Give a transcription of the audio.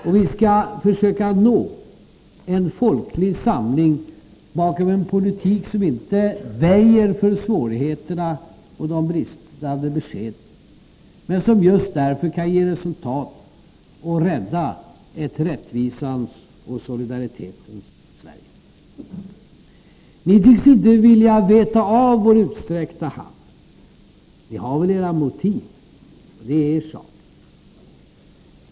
Och vi skall försöka nå en folklig samling bakom en politik som inte väjer för svårigheterna och de bistra beskeden men som just därför kan ge resultat och rädda ett rättvisans och solidaritetens Sverige. Ni tycks inte vilja veta av vår utsträckta hand. Ni har väl era motiv, och det är er sak.